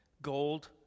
Gold